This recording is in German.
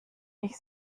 ich